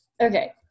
Okay